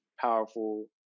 powerful